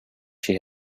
she